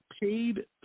paid